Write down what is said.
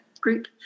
group